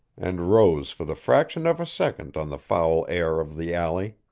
and rose for the fraction of a second on the foul air of the alley.